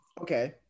okay